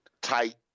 tight